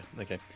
okay